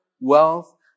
wealth